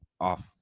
off